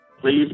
Please